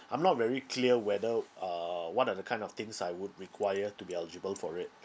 I'm not very clear whether uh what are the kind of things I would require to be eligible for it